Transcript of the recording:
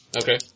Okay